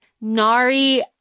Nari